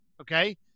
Okay